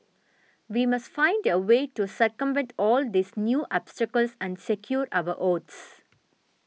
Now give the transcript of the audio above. we must find a way to circumvent all these new obstacles and secure our votes